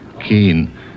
keen